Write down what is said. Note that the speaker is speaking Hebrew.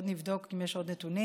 נבדוק אם יש עוד נתונים.